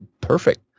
perfect